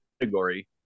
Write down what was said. category